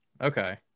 okay